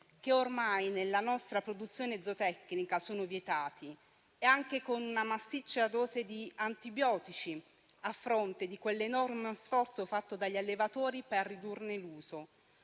che ormai nella nostra produzione zootecnica sono vietati, e anche con una massiccia dose di antibiotici, a fronte di quell'enorme sforzo fatto dagli allevatori per ridurne l'uso,